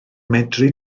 medru